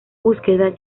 búsqueda